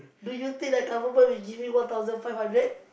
do you think that Government will give you one thousand five hundred